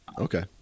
Okay